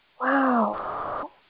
Wow